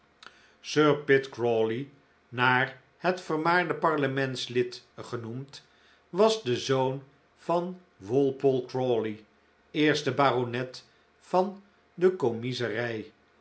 crawley naar het vermaarde parlementslid genoemd was de zoon van walpole crawley eerste baronet van de kommiezerij